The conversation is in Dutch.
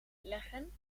leggen